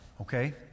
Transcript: okay